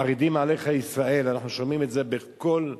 חרדים עליך ישראל, אנחנו שומעים את זה בכל צורה,